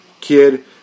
kid